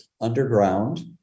underground